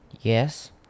yes